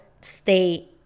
stay